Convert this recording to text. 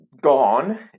gone